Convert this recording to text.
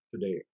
today